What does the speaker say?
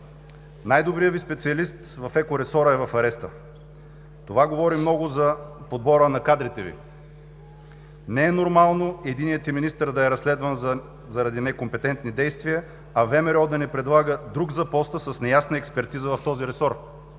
най-добрият Ви специалист в екоресора е в ареста. Това говори много за подбора на кадрите Ви. Не е нормално единият им министър да е разследван заради некомпетентни действия, а ВМРО да ни предлага друг за поста с неясна експертиза в този ресор